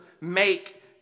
make